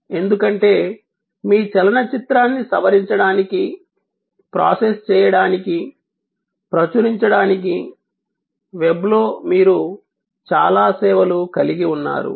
ఎందుకంటే మీ చలన చిత్రాన్ని సవరించడానికి ప్రాసెస్ చేయడానికి ప్రచురించడానికి వెబ్లో మీరు చాలా సేవలు కలిగి ఉన్నారు